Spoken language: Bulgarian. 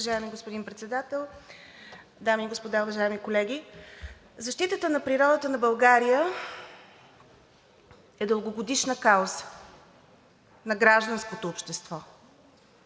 дами и господа, уважаеми колеги! Защитата на природата на България е дългогодишна кауза на гражданското общество